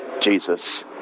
Jesus